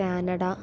Canada